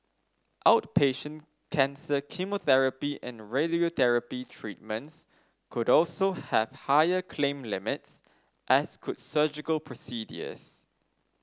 outpatient cancer chemotherapy and radiotherapy treatments could also have higher claim limits as could surgical